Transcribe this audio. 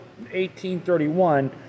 1831